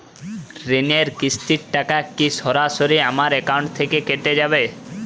ঋণের কিস্তির টাকা কি সরাসরি আমার অ্যাকাউন্ট থেকে কেটে যাবে?